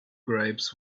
grapes